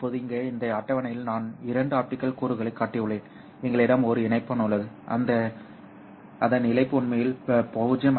இப்போது இங்கே இந்த அட்டவணையில் நான் இரண்டு ஆப்டிகல் கூறுகளைக் காட்டியுள்ளேன் எங்களிடம் ஒரு இணைப்பான் உள்ளது அதன் இழப்பு உண்மையில் 0